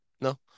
No